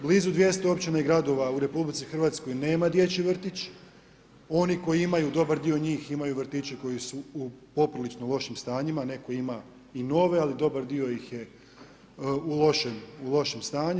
Blizu 200 općina i gradova u RH nema dječji vrtić, oni koji imaju dobar dio njih imaju vrtiće koji su u poprilično lošim stanjima, netko ima i nove ali dobar dio ih je u lošem stanju.